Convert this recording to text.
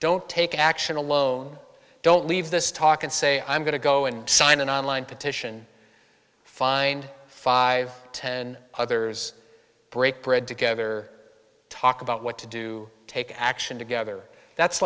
don't take action alone don't leave this talk and say i'm going to go and sign an online petition find five or ten others break bread together talk about what to do take action together that's